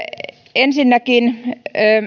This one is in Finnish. ensinnäkin